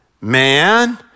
man